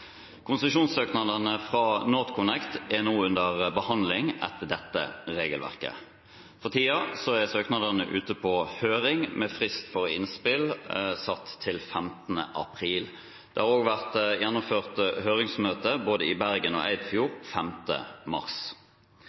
Konsesjonssøknadene fra NorthConnect er nå under behandling etter dette regelverket. For tiden er søknadene ute på høring, med frist for innspill satt til 15. april. Det har også vært gjennomført høringsmøter både i Bergen og i Eidfjord, den 5. mars.